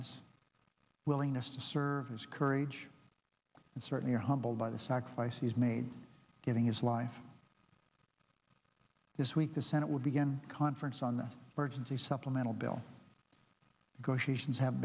his willingness to serve his courage and certainly are humbled by the sacrifice he's made giving his life this week the senate will begin conference on the urgency supplemental bill to go she should have